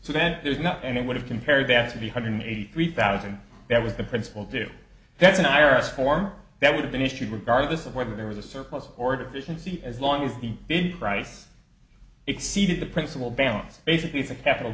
so then there's not and would have compared that to be hundred eighty three thousand that was the principal due that's an iris form that would've been issued regardless of whether there was a surplus or deficiency as long as the big price exceeded the principle balance basically the capital